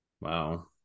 Wow